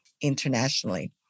internationally